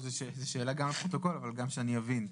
זו שאלה גם לפרוטוקול אבל גם שאני אבין.